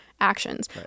actions